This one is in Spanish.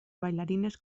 bailarines